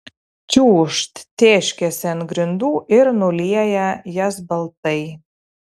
čiūžt tėškiasi ant grindų ir nulieja jas baltai